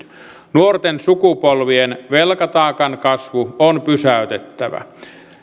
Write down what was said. nuorten sukupolvien velkataakan kasvu on pysäytettävä